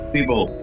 People